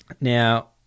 Now